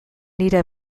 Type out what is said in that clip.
nire